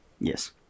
Yes